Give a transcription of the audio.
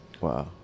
wow